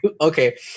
okay